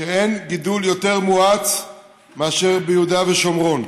שאין גידול יותר מואץ מאשר ביהודה ושומרון.